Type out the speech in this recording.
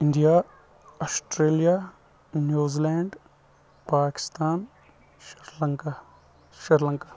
India Australia New Zealand Pakistan Sri Lanka